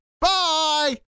bye